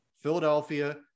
Philadelphia